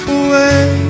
away